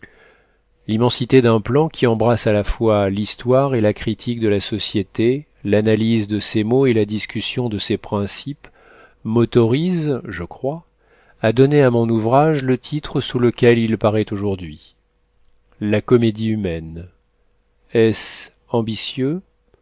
l'immensité d'un plan qui embrasse à la fois l'histoire et la critique de la société l'analyse de ses maux et la discussion de ses principes m'autorise je crois à donner à mon ouvrage le titre sous lequel il paraît aujourd'hui la comédie humaine est-ce ambitieux